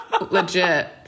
Legit